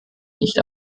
nicht